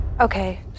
Okay